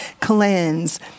cleanse